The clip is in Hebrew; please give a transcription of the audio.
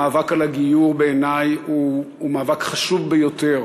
המאבק על הגיור בעיני הוא מאבק חשוב ביותר.